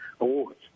awards